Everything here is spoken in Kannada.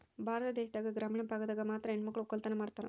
ಭಾರತ ದೇಶದಾಗ ಗ್ರಾಮೀಣ ಭಾಗದಾಗ ಮಾತ್ರ ಹೆಣಮಕ್ಳು ವಕ್ಕಲತನ ಮಾಡ್ತಾರ